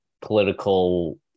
Political